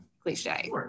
cliche